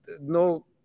no